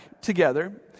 together